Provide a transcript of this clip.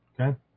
Okay